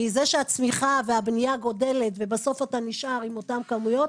כי זה שהצמיחה ובנייה גודלת ובסוף אתה נשאר עם אותם כמויות,